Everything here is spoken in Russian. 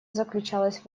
заключалась